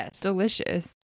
delicious